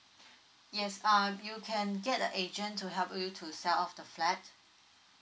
yes uh you can get the agent to help you to sell off the flat